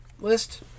list